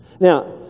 Now